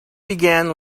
began